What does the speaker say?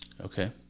Okay